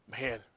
Man